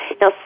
Now